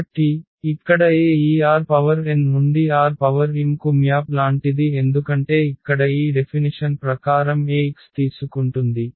కాబట్టి ఇక్కడ A ఈ Rn నుండి Rm కు మ్యాప్ లాంటిది ఎందుకంటే ఇక్కడ ఈ డెఫినిషన్ ప్రకారం Ax తీసుకుంటుంది